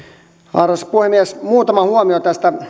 arvoisa puhemies muutama huomio tästä